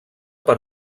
per